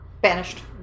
banished